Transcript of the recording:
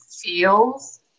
feels